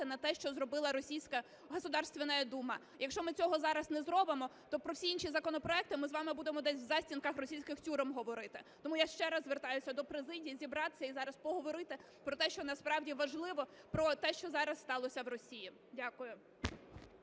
на те, що зробила російська Государственная Дума. Якщо ми цього зараз не зробимо, то про всі інші законопроекти ми з вами будемо десь в затінках російських тюрем говорити. Тому я ще раз звертаюся до президії зібратися і зараз поговорити про те, що насправді важливо, про те, що зараз сталося в Росії. Дякую.